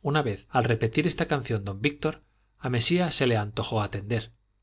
una vez al repetir esta canción don víctor a mesía se le antojó atender